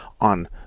on